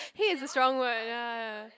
hate is a strong word ya ya